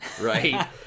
right